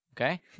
Okay